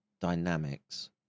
dynamics